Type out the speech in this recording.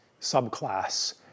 subclass